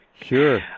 Sure